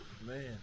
Man